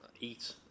eat